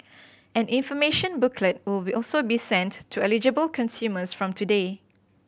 an information booklet will be also be sent to eligible consumers from today